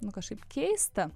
nu kažkaip keista